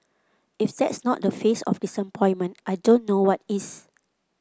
if that's not the face of disappointment I don't know what is